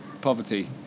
poverty